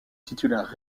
titulaire